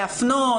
להפנות?